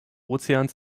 ozeans